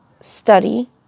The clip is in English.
study